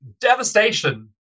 devastation